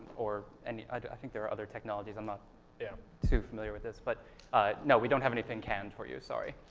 or and i think there are other technologies i'm not yeah too familiar with this but no, we don't have anything canned for you, sorry.